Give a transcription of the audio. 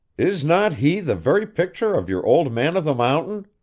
is not he the very picture of your old man of the mountain